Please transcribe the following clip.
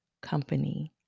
company